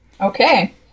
Okay